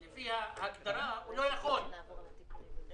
אני רוצה להצטרף לדברי חברי הכנסת לגבי הארכת תקופת תשלום דמי האבטלה.